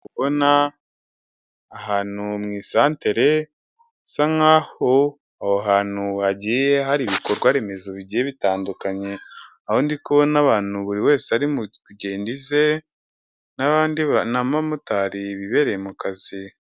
Ndikubona ahantu mu isantere bisa nk'aho aho hantu hagiye hari ibikorwa remezo bigiye bitandukanye aho ndi kubona abantu buri wese ari kugenda ize n'abamotari bibereye mu kazi.